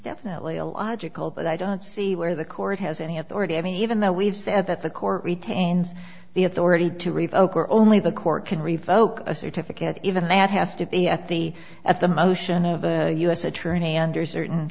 definitely a logical but i don't see where the court has any authority i mean even though we've said that the court retains the authority to revoke or only the court can revoke a certificate even that has to be at the at the motion of a u s attorney under certain